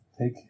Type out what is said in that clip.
take